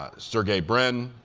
ah sergey brin,